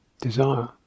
desire